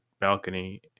balcony